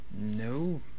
No